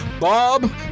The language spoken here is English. Bob